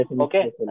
Okay